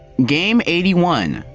game eighty one,